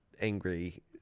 angry